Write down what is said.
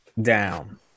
down